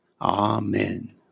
Amen